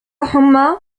حمى